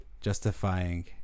justifying